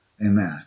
Amen